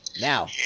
Now